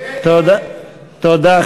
תודה.